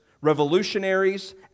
revolutionaries